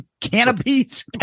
Canopies